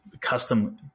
custom